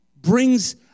brings